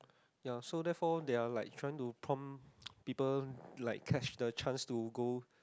ya so therefore their are like trying to prompt people like catch the chance to go